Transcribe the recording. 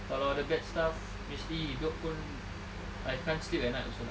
kalau ada bad stuff mesti hidup pun I can't sleep at night also lah